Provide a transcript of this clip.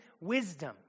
wisdom